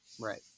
Right